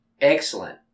excellent